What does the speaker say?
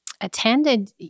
attended